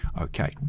Okay